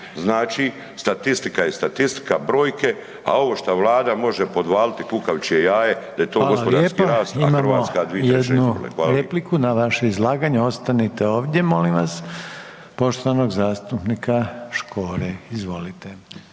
Znači, statistika je statistika, brojke, a ovo što Vlada može podvaliti kukavičje jaje da je to gospodarski rast, a Hrvatska 2/3 …/nerazumljivo/… **Reiner, Željko (HDZ)** Hvala lijepo. Imamo jednu repliku na vaše izlaganje ostanite ovdje molim vas, poštovanog zastupnika Škore. Izvolite.